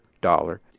dollar